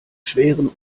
schweren